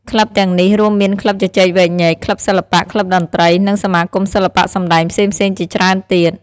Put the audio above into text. ក្លឹបទាំងនេះរួមមានក្លឹបជជែកវែកញែក ក្លឹបសិល្បៈ ក្លឹបតន្ត្រី និងសមាគមសិល្បៈសម្តែងផ្សេងៗជាច្រើនទៀត។